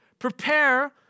prepare